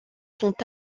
sont